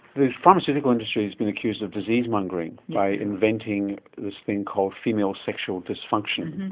the pharmaceutical industry's been accused of disease mongering, by inventing this thing called female sexual dysfunction,